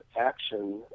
action